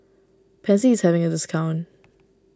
Pansy is having a discount